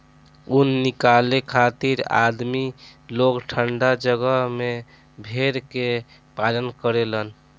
ऊन निकाले खातिर आदमी लोग ठंडा जगह में भेड़ के पालन करेलन